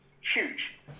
huge